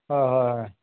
হয় হয় হয়